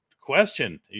question